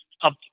up